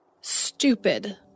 Stupid